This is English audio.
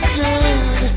good